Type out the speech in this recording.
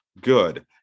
good